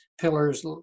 Pillars